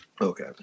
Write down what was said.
Okay